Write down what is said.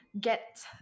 get